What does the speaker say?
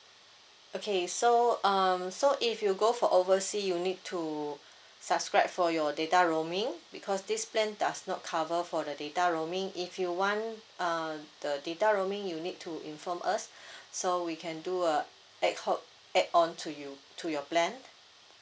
okay so um so if you go for oversea you need to subscribe for your data roaming because this plan does not cover for the data roaming if you want uh the data roaming you need to inform us so we can do a ad hoc add on to you to your plan